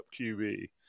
QB